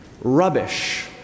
rubbish